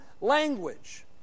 language